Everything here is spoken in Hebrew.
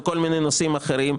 בכל מיני נושאים אחרים.